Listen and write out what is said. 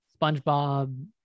SpongeBob